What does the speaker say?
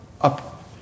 Up